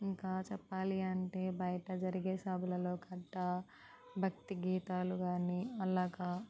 ఇంకా చెప్పాలి అంటే బయట జరిగే సభలలో గట్టా భక్తి గీతాలు కాని అలాగా